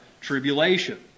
tribulation